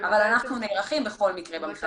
אבל אנחנו נערכים בכל מקרה במכרז החדש.